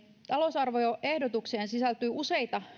talousarvioehdotukseen sisältyy useita